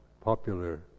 popular